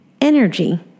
energy